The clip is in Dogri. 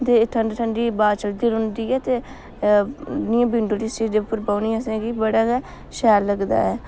ते ठंडी ठंडी ब्हाऽ चलदी रौंह्दी ऐ ते मि विंडो आह्ली सीट उप्पर बौह्ने असेंगी गी बड़ा गै शैल लगदा ऐ